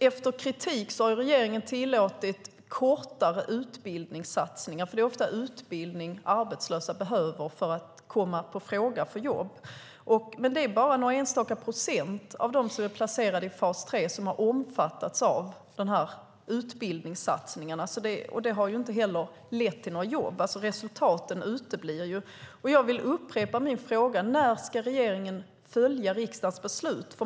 Efter kritik har regeringen tillåtit kortare utbildningssatsningar. Det är ofta utbildning som arbetslösa behöver för att komma i fråga för jobb. Men det är bara några enstaka procent av dem som är placerade i fas 3 som har omfattats av utbildningssatsningarna. Det har inte heller lett till några jobb. Resultaten uteblir ju. Jag vill upprepa min fråga: När ska regeringen följa riksdagens beslut?